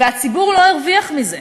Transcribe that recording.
והציבור לא הרוויח מזה.